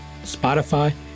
Spotify